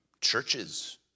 churches